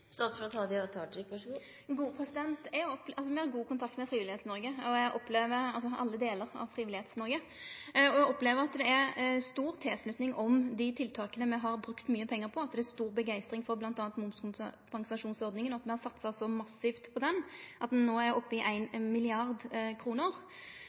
Me har god kontakt med alle delar av det frivillige Noreg. Eg opplever at det er stor tilslutning om dei tiltaka me har brukt mykje pengar på. Det er stor begeistring for bl.a. momskompensasjonsordninga, at me har satsa så massivt at me no er oppe i